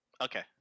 Okay